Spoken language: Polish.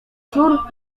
sznur